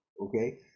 Okay